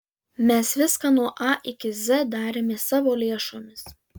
mes viską nuo a iki z darėme savo lėšomis